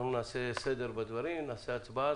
אנחנו נעשה סדר בדברים ונעשה הצבעה.